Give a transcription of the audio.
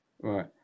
Right